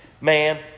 Man